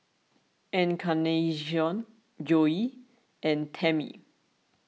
Encarnacion Joey and Tammie